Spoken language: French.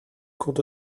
compte